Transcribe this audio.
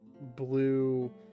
blue